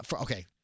Okay